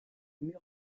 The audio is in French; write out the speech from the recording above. mur